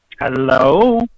Hello